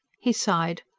he sighed.